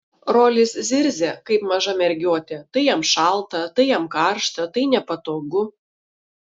rolis zirzia kaip maža mergiotė tai jam šalta tai jam karšta tai nepatogu